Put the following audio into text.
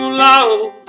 love